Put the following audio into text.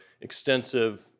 extensive